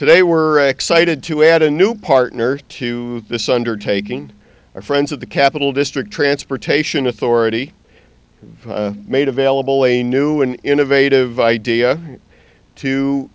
today we're excited to add a new partner to the sundered taking our friends at the capital district transportation authority made available a new and innovative idea to